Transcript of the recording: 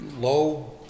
low